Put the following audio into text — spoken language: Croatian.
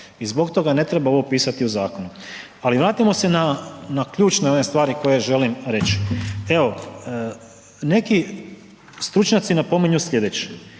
i zbog toga ne treba ovo pisati u zakonu. Ali vratimo se na ključne one stvari koje želim reći. Evo, neki stručnjaci napominju sljedeće.